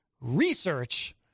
research